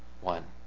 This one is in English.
one